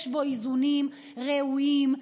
יש בו איזונים ראויים,